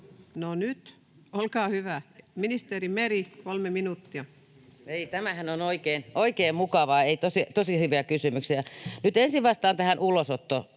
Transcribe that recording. No nyt. Olkaa hyvä, ministeri Meri, kolme minuuttia. Ei, tämähän on oikein mukavaa. Tosi hyviä kysymyksiä. Nyt ensin vastaan tähän ulosottoasiaan.